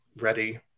ready